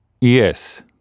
Yes